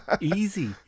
Easy